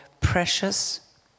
precious